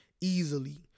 easily